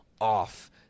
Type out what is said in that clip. off